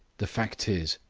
the fact is,